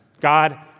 God